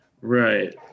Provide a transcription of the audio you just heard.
right